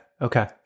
Okay